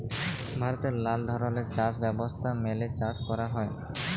ভারতে লালা ধরলের চাষ ব্যবস্থা মেলে চাষ ক্যরা হ্যয়